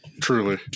Truly